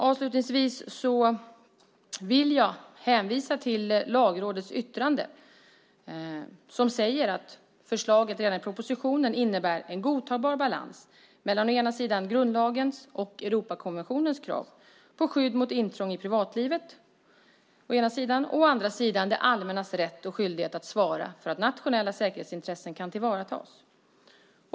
Avslutningsvis vill jag hänvisa till Lagrådets yttrande som säger att förslaget redan i propositionen innebär en godtagbar balans mellan å ena sidan grundlagens och Europakonventionens krav på skydd mot intrång i privatlivet och å andra sidan det allmännas rätt och skyldighet att svara för att nationella säkerhetsintressen kan tillvaratas.